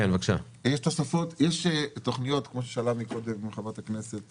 לשאלה ששאלה קודם חברת הכנסת